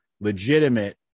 legitimate